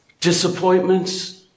disappointments